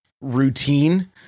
routine